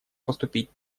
поступить